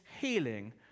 healing